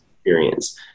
experience